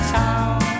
town